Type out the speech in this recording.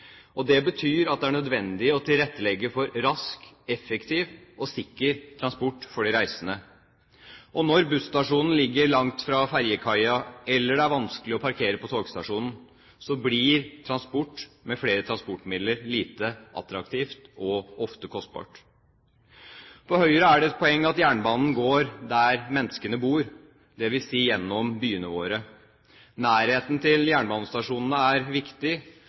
Det betyr at det er nødvendig å tilrettelegge for rask, effektiv og sikker transport for de reisende. Når busstasjonen ligger langt fra fergekaien, eller det er vanskelig å parkere på togstasjonen, blir transport med flere transportmidler lite attraktivt og ofte kostbart. For Høyre er det et poeng at jernbanen går der menneskene bor, dvs. gjennom byene våre. Nærheten til jernbanestasjonene er viktig,